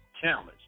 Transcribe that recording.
challenge